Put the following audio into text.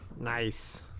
Nice